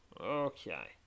Okay